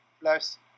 plus